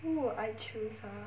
who would I choose ah